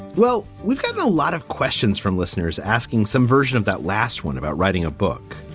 well, we've got a lot of questions from listeners asking some version of that last one about writing a book,